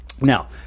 Now